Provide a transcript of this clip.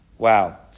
Wow